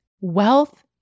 Wealth